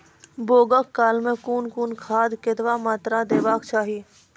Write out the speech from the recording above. बौगक काल मे कून कून खाद केतबा मात्राम देबाक चाही?